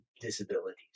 disabilities